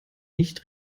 nicht